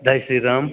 जै श्रीराम्